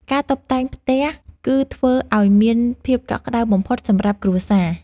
ការតុបតែងផ្ទះ គឺធ្វើឱ្យមានភាពកក់ក្ដៅបំផុតសម្រាប់គ្រួសារ។